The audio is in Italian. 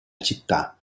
città